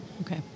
Okay